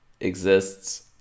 exists